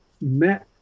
met